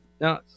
Now